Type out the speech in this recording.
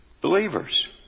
Believers